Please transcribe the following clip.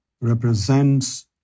represents